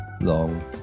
long